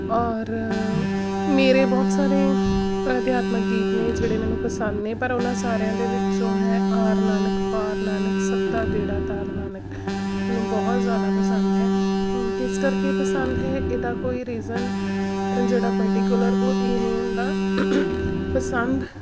ਔਰ ਮੇਰੇ ਬਹੁਤ ਸਾਰੇ ਅਧਿਆਤਮਿਕ ਗੀਤ ਨੇ ਜਿਹੜੇ ਮੈਨੂੰ ਪਸੰਦ ਨੇ ਪਰ ਉਹਨਾਂ ਸਾਰਿਆਂ ਦੇ ਵਿੱਚੋਂ ਹੈ ਆਰ ਨਾਨਕ ਪਾਰ ਨਾਨਕ ਸਭ ਦਾ ਬੇੜਾ ਤਾਰ ਨਾਨਕ ਮੈਨੂੰ ਬਹੁਤ ਜ਼ਿਆਦਾ ਪਸੰਦ ਹੈ ਹੁਣ ਕਿਸ ਕਰਕੇ ਪਸੰਦ ਹੈ ਇਹਦਾ ਕੋਈ ਰੀਜ਼ਨ ਜਿਹੜਾ ਪਰਟੀਕੁਲਰ ਉਹ ਇਹ ਨਹੀਂ ਹੁੰਦਾ ਪਸੰਦ